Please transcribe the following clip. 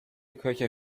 köche